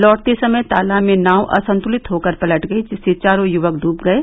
लौटते समय तालाब में नाव असंतुलित होकर पलट गयी जिससे चारों युवक डूब गये